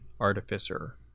Artificer